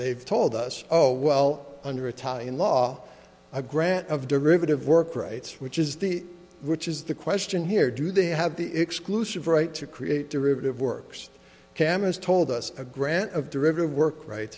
they've told us oh well under italian law a grant of derivative work rights which is the which is the question here do they have the exclusive right to create derivative works khamis told us a grant of derivative work right